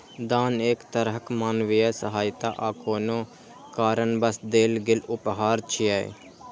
दान एक तरहक मानवीय सहायता आ कोनो कारणवश देल गेल उपहार छियै